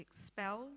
expelled